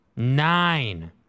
nine